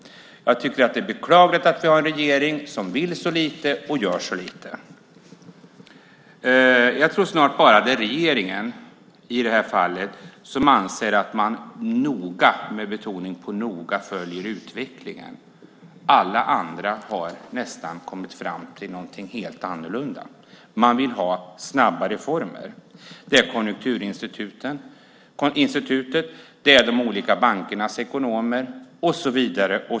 Jag tycker att det är beklagligt att vi har en regering som vill så lite och gör så lite. Jag tror att det snart bara är regeringen i det här fallet som anser att man noga, med betoning på noga, följer utvecklingen. Nästan alla andra har kommit fram till någonting helt annorlunda - man vill ha snabba reformer. Det är Konjunkturinstitutet, det är de olika bankernas ekonomer och så vidare.